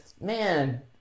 man